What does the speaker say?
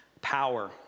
Power